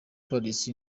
paris